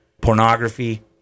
pornography